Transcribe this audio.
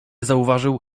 zauważył